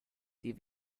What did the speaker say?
die